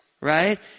right